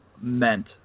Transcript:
meant